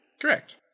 Correct